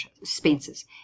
expenses